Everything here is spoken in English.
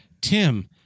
Tim